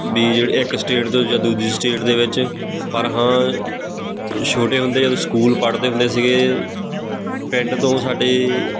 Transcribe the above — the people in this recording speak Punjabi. ਵੀ ਜਿਹ ਇੱਕ ਸਟੇਟ ਤੋਂ ਜਾਂ ਦੂਜੀ ਸਟੇਟ ਦੇ ਵਿੱਚ ਪਰ ਹਾਂ ਛੋਟੇ ਹੁੰਦੇ ਜਦੋਂ ਸਕੂਲ ਪੜ੍ਹਦੇ ਹੁੰਦੇ ਸੀਗੇ ਪਿੰਡ ਤੋਂ ਸਾਡੇ